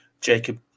Jacob